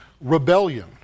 rebellion